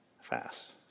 Fast